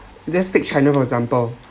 let’s take china for example